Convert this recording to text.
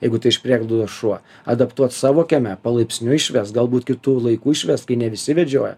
jeigu tai iš prieglaudos šuo adaptuot savo kieme palaipsniui išvets galbūt kitu laiku išvest kai ne visi vedžioja